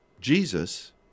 Jesus